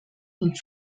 und